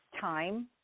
time